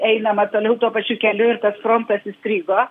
einama toliau tuo pačiu keliu ir tas frontas įstrigo